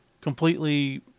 completely